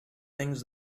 things